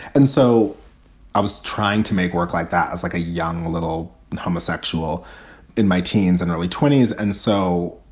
and so i was trying to make work like that. i was like a young little homosexual in my teens and early twenty s. and so,